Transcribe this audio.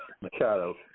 Machado